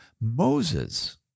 Moses